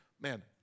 man